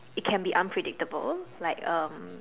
it can be unpredictable like um